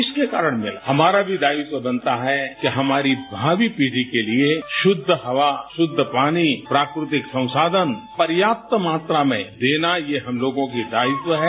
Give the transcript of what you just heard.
इसके कारण हमारा भी दायित्व बनता है कि हमारी भावी पीढ़ी के लिए शुद्ध हवा शुद्ध पानी प्राकृतिक संसाधन पर्याप्त मात्रा में देना ये हम लोगों की दायित्व है